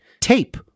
tape—